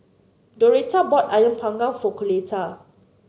Doretta bought ayam panggang for Coletta